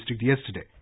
yesterday